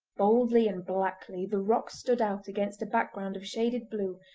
boldly and blackly the rock stood out against a background of shaded blue,